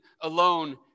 alone